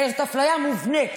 זאת אפליה מובנית.